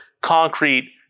concrete